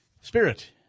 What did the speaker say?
Spirit